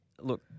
look